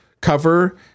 cover